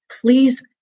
Please